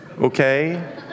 Okay